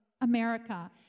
America